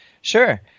Sure